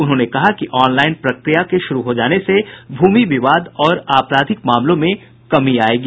उन्होंने कहा कि ऑनलाईन प्रक्रिया के शुरू हो जाने से भूमि विवाद और आपराधिक मामलों में भी कमी आयेगी